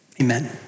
amen